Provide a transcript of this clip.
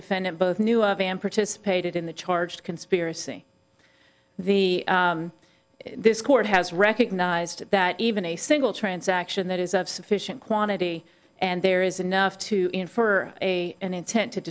defendant both knew of and participated in the charge conspiracy the this court has recognized that even a single transaction that is of sufficient quantity and there is enough to infer a and intent to